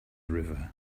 river